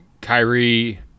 Kyrie